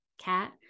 cat